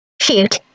Shoot